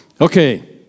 Okay